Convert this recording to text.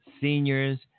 seniors